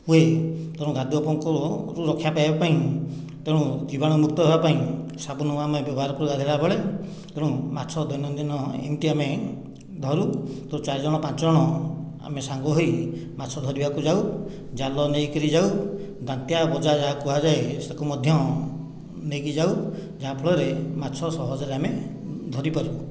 ହୁଏ ତେଣୁ କାଦୁଅ ପଙ୍କରୁ ରକ୍ଷା ପାଇଁବା ପାଇଁ ତେଣୁ ଜୀବାଣୁମୁକ୍ତ ହେବା ପାଇଁ ସାବୁନ ଆମେ ବ୍ୟବହାର କରୁ ଗାଧୋଇଲାବେଳେ ତେଣୁ ମାଛ ଦୈନନ୍ଦିନ ଏମିତି ଆମେ ଧରୁ ତ ଚାରି ଜଣ ପାଞ୍ଚ ଜଣ ଆମେ ସାଙ୍ଗହୋଇ ମାଛ ଧରିବାକୁ ଯାଉ ଜାଲ ନେଇକରି ଯାଉ ଦାନ୍ତିଆ ବଜା ଯାହା କୁହଯାଏ ତାକୁ ମଧ୍ୟ ନେଇକି ଯାଉ ଯାହା ଫଳରେ ମାଛ ସହଜରେ ଆମେ ଧରିପାରୁ